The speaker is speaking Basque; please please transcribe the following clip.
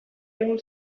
egun